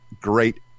Great